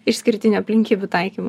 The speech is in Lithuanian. išskirtinių aplinkybių taikymu